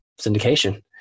syndication